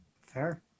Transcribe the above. Fair